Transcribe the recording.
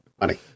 Money